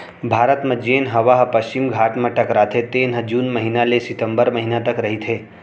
भारत म जेन हवा ह पस्चिम घाट म टकराथे तेन ह जून महिना ले सितंबर महिना तक रहिथे